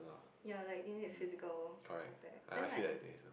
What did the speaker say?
ya like it needs physical contact then like